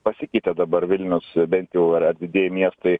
pasikeitė dabar vilnius bent jau yra didieji miestai